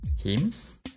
Hymns